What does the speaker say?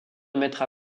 mettra